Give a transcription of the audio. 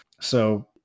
So-